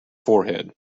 forehead